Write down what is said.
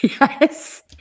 yes